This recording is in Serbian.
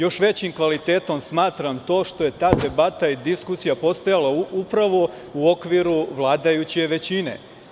Još većim kvalitetom smatram to što je ta debata i diskusija postojala upravo u okviru vladajuće većine.